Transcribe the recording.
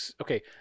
Okay